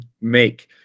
make